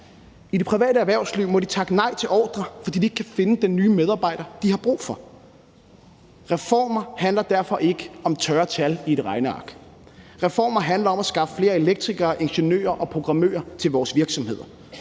I det private erhvervsliv må de takke nej til ordrer, fordi de ikke kan finde den nye medarbejder, de har brug for. Reformer handler derfor ikke om tørre tal i et regneark; reformer handler om at skaffe flere elektrikere, ingeniører og programmører til vores virksomheder,